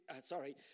Sorry